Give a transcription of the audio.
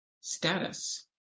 status